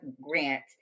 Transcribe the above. grant